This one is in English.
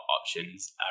options